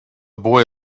boy